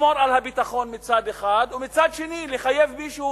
לשמור על הביטחון מצד אחד ובין לחייב מישהו